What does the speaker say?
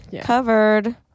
covered